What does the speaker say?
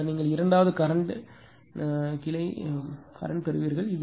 பின்னர் நீங்கள் இரண்டாவது கரண்ட் கிளை கரண்ட் பெறுவீர்கள்